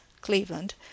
Cleveland